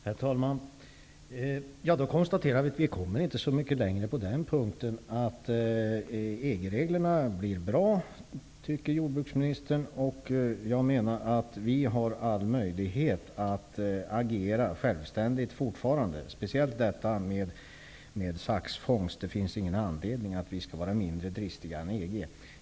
Herr talman! Jag konstaterar att vi inte kommer så mycket längre på den punkten. EG-reglerna blir bra, tycker jordbruksministern. Jag menar att vi fortfarande har all möjlighet att agera självständigt, speciellt när det gäller handel med skinn från djur som fångats i bensax. Det finns ingen anledning att vi skall vara mindre dristiga än EG.